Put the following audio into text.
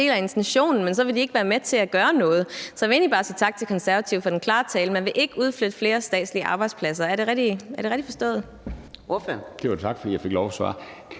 men så vil de ikke være med til at gøre noget. Så jeg vil egentlig bare sige tak til Konservative for den klare tale. Man vil ikke udflytte flere statslige arbejdspladser. Er det rigtigt forstået?